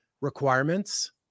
requirements